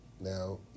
Now